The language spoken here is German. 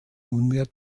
nunmehr